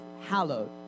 hallowed